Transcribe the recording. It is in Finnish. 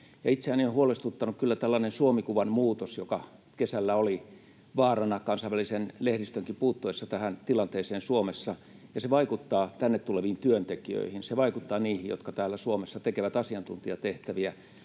Itseäni on huolestuttanut kyllä tällainen Suomi-kuvan muutos, joka kesällä oli vaarana kansainvälisen lehdistönkin puuttuessa tähän tilanteeseen Suomessa. Ja se vaikuttaa tänne tuleviin työntekijöihin, se vaikuttaa niihin, jotka täällä Suomessa tekevät asiantuntijatehtäviä.